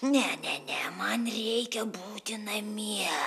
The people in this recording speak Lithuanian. ne ne ne man reikia būti namie